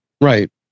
Right